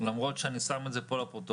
למרות שאני אומר את זה כאן לפרוטוקול,